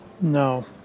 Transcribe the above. No